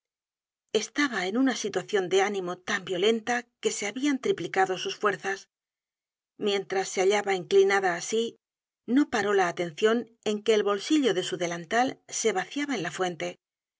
estaba en una situacion de ánimo tan violenta que se habían triplicado sus fuerzas mientras se hallaba inclinada asi no paró la atencion en que el bolsillo de su delantal se vaciaba en la fuente